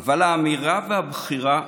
אבל האמירה והבחירה הזאת,